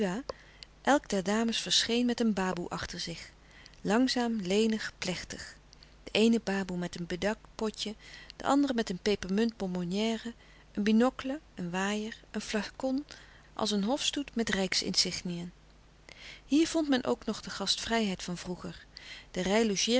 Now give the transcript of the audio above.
een baboe achter zich langzaam lenig plechtig de eene baboe met een bedak potje de